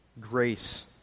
grace